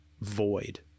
void